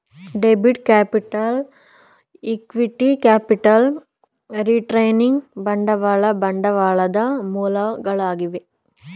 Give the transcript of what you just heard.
debit capital, equity capital, retaining ಬಂಡವಾಳ ಬಂಡವಾಳದ ಮೂಲಗಳಾಗಿವೆ